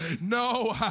No